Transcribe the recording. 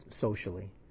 socially